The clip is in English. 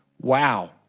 Wow